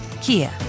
Kia